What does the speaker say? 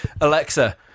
alexa